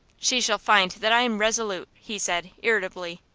she shall find that i am resolute, he said, irritably.